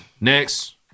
Next